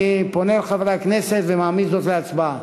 אני פונה אל חברי הכנסת ומעמיד זאת להצבעה.